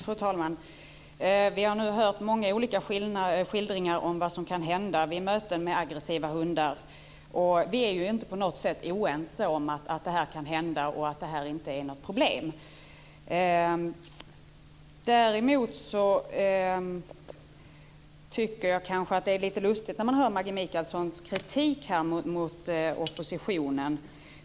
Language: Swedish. Fru talman! Vi har nu hört många olika skildringar av vad som kan hända vid möten med aggressiva hundar. Vi är ju inte på något sätt oense om att detta kan hända. Det är inte något problem. Däremot tycker jag kanske att det är lite lustigt när man hör Maggi Mikaelssons kritik mot oppositionen.